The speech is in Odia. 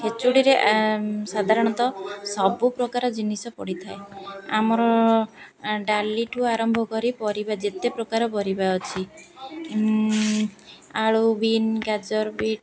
ଖେଚୁଡ଼ିରେ ସାଧାରଣତଃ ସବୁପ୍ରକାର ଜିନିଷ ପଡ଼ିଥାଏ ଆମର ଡାଲିଠୁ ଆରମ୍ଭ କରି ପରିବା ଯେତେ ପ୍ରକାର ପରିବା ଅଛି ଆଳୁ ବିନ୍ ଗାଜର ବିଟ୍